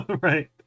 right